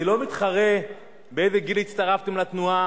אני לא מתחרה, באיזה גיל הצטרפתם לתנועה